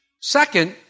Second